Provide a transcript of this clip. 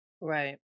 Right